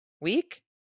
week